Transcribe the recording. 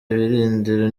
ibirindiro